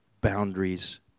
boundaries